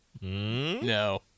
No